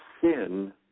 sin